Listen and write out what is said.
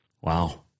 Wow